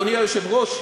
אדוני היושב-ראש,